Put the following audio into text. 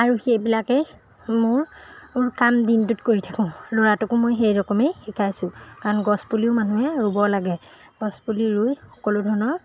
আৰু সেইবিলাকেই মোৰ মোৰ কাম দিনটোত কৰি থাকোঁ ল'ৰাটোকো মই সেই ৰকমেই শিকাইছোঁ কাৰণ গছপুলিও মানুহে ৰুব লাগে গছপুলি ৰুই সকলো ধৰণৰ